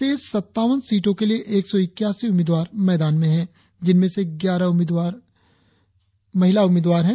शेष सत्तावन सीटों के लिए एक सौ इक्यासी उम्मीदवार मैदान में हैं जिनमें से ग्यारह महिला उम्मीदवार हैं